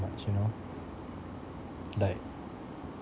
you know like